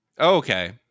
Okay